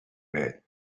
bed